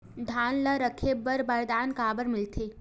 धान ल रखे बर बारदाना काबर मिलही?